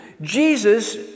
Jesus